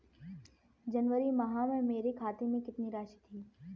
जनवरी माह में मेरे खाते में कितनी राशि थी?